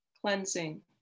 cleansing